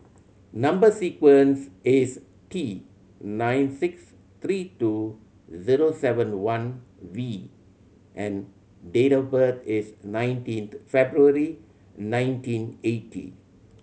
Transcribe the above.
number sequence is T nine six three two zero seven one V and date of birth is nineteen February nineteen eighty